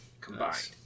combined